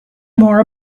more